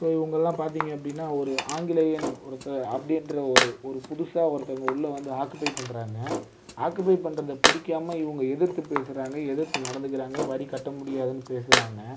so இவங்கெல்லாம் பார்த்தீங்க அப்படின்னா ஒரு ஆங்கிலேயன் ஒருத்தன் அப்படின்ற ஒரு ஒரு புதுசாக ஒருத்தங்க உள்ளே வந்து ஆக்குபை பண்றாங்க ஆக்குபை பண்ணுறது பிடிக்காம இவங்க எதிர்த்துப் பேசுகிறாங்க எதிர்த்து நடந்துக்கிறாங்க வரி கட்ட முடியாதுன்னு பேசுகிறாங்க